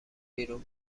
بیرون